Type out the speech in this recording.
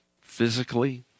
physically